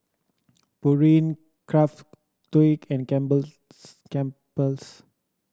Pureen Craftholic and Campbell's Campbell's